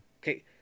Okay